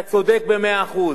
אתה צודק במאה אחוז.